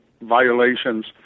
violations